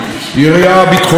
יריעה כלכלית,